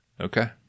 Okay